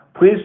please